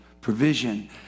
provision